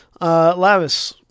Lavis